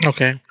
Okay